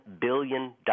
billion